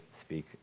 speak